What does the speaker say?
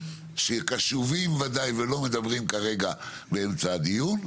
שקשובים ודאי ולא מדברים כרגע באמצע הדיון,